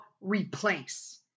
Replace